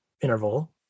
interval